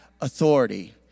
authority